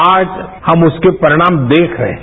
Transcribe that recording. आज हम उसके परिणाम देख रहे हैं